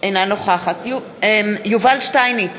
אינה נוכחת יובל שטייניץ,